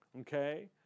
okay